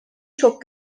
çok